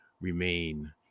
remain